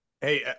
Hey